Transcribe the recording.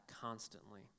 constantly